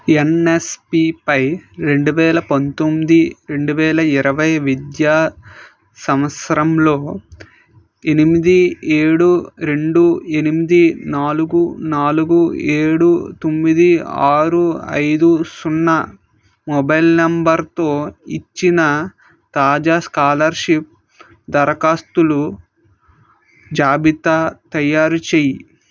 ఏన్ఎస్పిపై రెండు వేల పంతొమ్మిది రెండు వేల ఇరవై విద్యా సంవత్సరంలో ఎనిమిది ఏడు రెండు ఎనిమిది నాలుగు నాలుగు ఏడు తొమ్మిది ఆరు ఐదు సున్నా మొబైల్ నంబరుతో ఇచ్చిన తాజా స్కాలర్షిప్ దరఖాస్తులు జాబితా తయారు చేయి